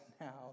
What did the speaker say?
now